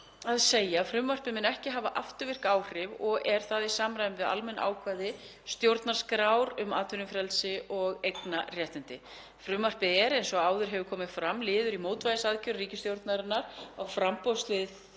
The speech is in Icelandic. þ.e. frumvarpið mun ekki hafa afturvirk áhrif og er það í samræmi við almenn ákvæði stjórnarskrár um atvinnufrelsi og eignarréttindi. Frumvarpið er, eins og áður hefur komið fram, liður í mótvægisaðgerðum ríkisstjórnarinnar á framboðshlið